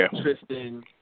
Tristan